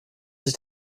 sich